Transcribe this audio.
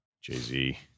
jay-z